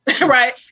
right